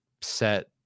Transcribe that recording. set